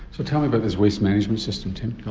so tell me about this waste management system tim.